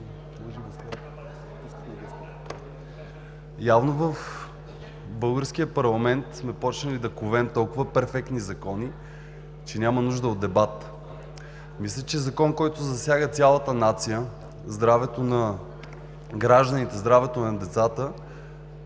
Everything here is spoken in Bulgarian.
Явно в българския парламент сме почнали да ковем толкова перфектни закони, че няма нужда от дебат. Мисля, че по Закон, който засяга цялата нация, здравето на гражданите, здравето на децата,